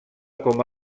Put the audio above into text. com